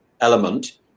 element